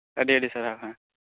ᱟᱹᱰᱤ ᱟᱹᱰᱤ ᱥᱟᱨᱦᱟᱣ ᱦᱮᱸ